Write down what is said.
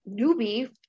newbie